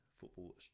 Football